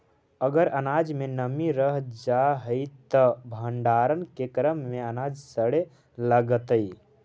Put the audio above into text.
अगर अनाज में नमी रह जा हई त भण्डारण के क्रम में अनाज सड़े लगतइ